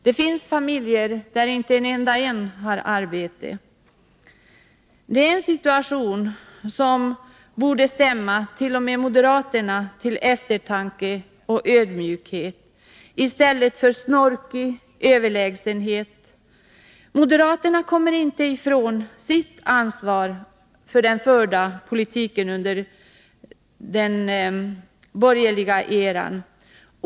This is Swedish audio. Det finns familjer där inte någon har arbete. Det är en situation som borde stämma t.o.m. moderaterna till eftertanke och göra dem ödmjuka i stället för snorkigt överlägsna. Moderaterna kommer inte ifrån sitt ansvar för den förda politiken under den borgerliga eran.